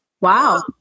Wow